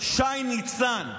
שי ניצן,